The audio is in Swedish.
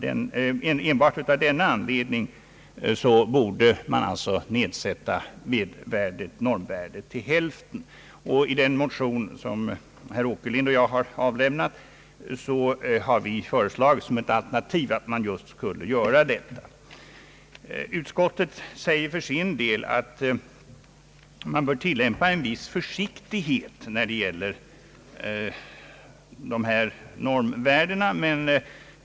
Enbart av denna anledning borde man nedsätta normvärdet till hälften. I de motioner herr Åkerlind och jag avlämnat har vi föreslagit som alternativ att man skulle göra detta. Utskottet säger att man bör tillämpa en viss försiktighet när det gäller dessa normvärden.